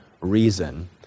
reason